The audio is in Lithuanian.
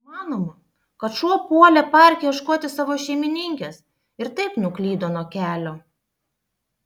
manoma kad šuo puolė parke ieškoti savo šeimininkės ir taip nuklydo nuo kelio